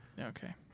Okay